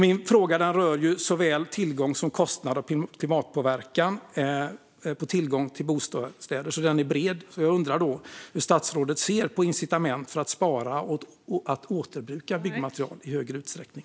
Min fråga rör ju såväl tillgång, kostnad och klimatpåverkan som påverkan på tillgången till bostäder, så den är bred. Jag undrar hur statsrådet ser på incitament att spara och återbruka byggmaterial i större utsträckning.